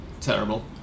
terrible